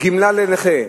גמלה לנכה,